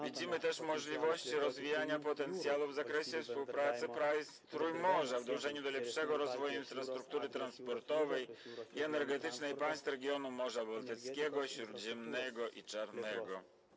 Widzimy też możliwości rozwijania potencjału w zakresie współpracy krajów Trójmorza w celu dążenia do lepszego rozwoju infrastruktury transportowej i energetycznej państw regionów Morza Bałtyckiego, Morza Śródziemnego i Morza Czarnego.